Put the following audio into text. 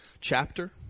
chapter